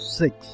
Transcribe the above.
six